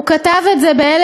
הוא כתב את זה ב-1987.